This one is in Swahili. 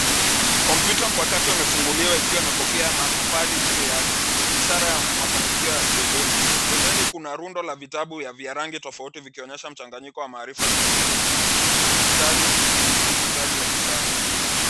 Kompyuta mpakato imefunguliwa ikiwa na kofia ya maafali juu yake ishara ya mafanikio ya kielimu. Pembeni kuna rundo la vitabu vya rangi tofauti vikionyesha mchanganyiko wa maarifa kitamaduni na kidijitali ujifunzaji wa kisasa.